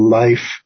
life